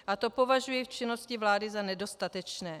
A to považuji v činnosti vlády za nedostatečné.